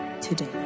today